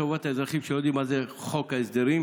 לטובת האזרחים שלא יודעים מה זה חוק ההסדרים,